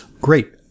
Great